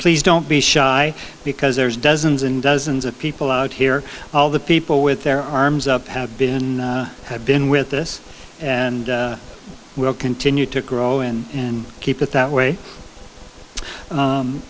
please don't be shy because there's dozens and dozens of people out here all the people with their arms up have been have been with this and will continue to grow and keep it that way